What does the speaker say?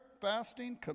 fasting